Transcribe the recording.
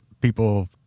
people